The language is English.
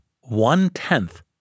one-tenth